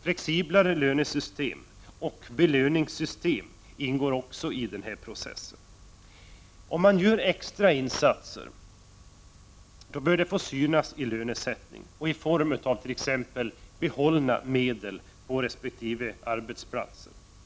Flexiblare löner och belöningssystem ingår också i denna process. Extra insatser bör märkas i lönesättning och i form av behållna medel på resp. arbetsplatser.